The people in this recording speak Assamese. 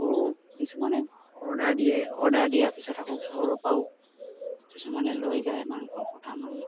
আকৌ কিছুমানে অৰ্ডাৰ দিয়ে অৰ্ডাৰ দিয়াৰ পিছত আকৌ ঘৰৰপৰাও কিছুমানে লৈ যায় মাংস কটা মাংস